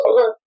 Okay